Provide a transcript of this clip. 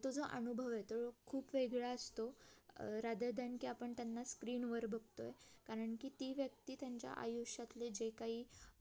तो जो अनुभव आहे तो खूप वेगळा असतो रादर दॅन की आपण त्यांना स्क्रीनवर बघतो आहे कारण की ती व्यक्ती त्यांच्या आयुष्यातले जे काही